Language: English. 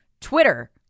Twitter